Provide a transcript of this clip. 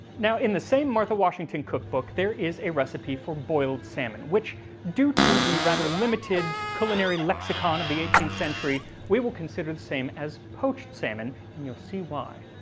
now in the same martha washington cookbook there is a recipe for boiled salmon which due to the rather limited culinary lexicon of the eighteenth century we will consider the same as poached salmon and you'll see why.